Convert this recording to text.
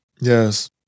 yes